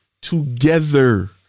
together